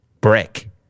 brick